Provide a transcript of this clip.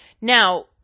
Now